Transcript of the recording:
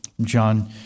John